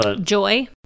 Joy